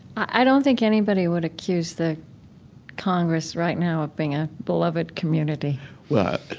i don't think anybody would accuse the congress right now of being a beloved community well,